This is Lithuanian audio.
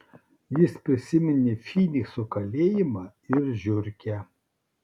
jis prisiminė fynikso kalėjimą ir žiurkę